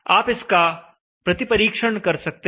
आप इसका प्रति परीक्षण कर सकते हैं